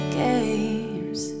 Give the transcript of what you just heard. games